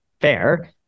fair